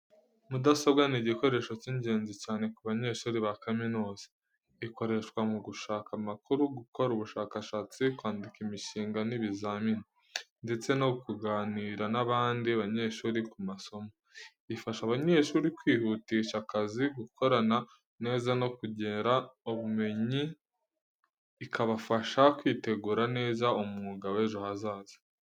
Mudasobwa ni igikoresho cy’ingenzi cyane ku banyeshuri ba kaminuza. Ikoreshwa mu gushaka amakuru, gukora ubushakashatsi, kwandika imishinga n’ibizamini, ndetse no kuganira n’abandi banyeshuri ku masomo. Ifasha abanyeshuri kwihutisha akazi, gukorana neza no kongera ubumenyi, ikabafasha kwitegura neza umwuga w’ejo hazaza.